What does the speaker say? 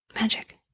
Magic